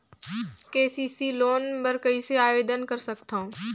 KCC loan बर कइसे आवेदन कर सकथव?